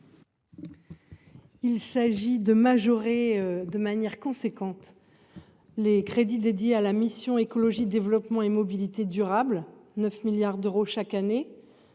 Il s'agit de majorer de manière conséquente les crédits dédiés à la mission Écologie développement et mobilités durables 9 milliards d'euros chaque année